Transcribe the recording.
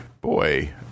boy